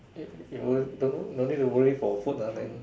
if if you don't don't need to worry for food ah then